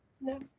no